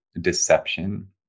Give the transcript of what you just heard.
deception